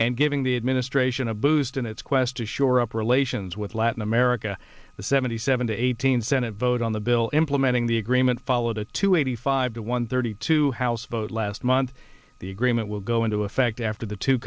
and giving the administration a boost in its quest to shore up relations with latin america the seventy seven to eighteen senate vote on the bill implementing the agreement followed a two eighty five to one thirty two house vote last month the agreement will go into effect after the two